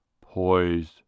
poised